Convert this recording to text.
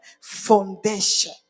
foundation